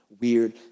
weird